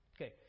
Okay